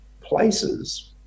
places